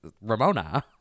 Ramona